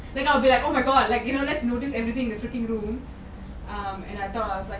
then I'll be like on my god like that's the only thing I'll freaking do um I thought I was like